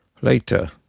Later